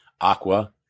Aqua